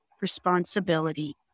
responsibility